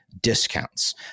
discounts